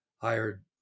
hired